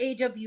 AW